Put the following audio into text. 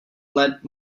let